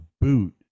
boot